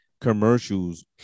commercials